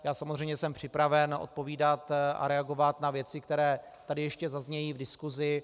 Jsem samozřejmě připraven odpovídat a reagovat na věci, které tady ještě zaznějí v diskuzi.